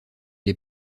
les